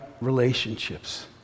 relationships